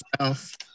South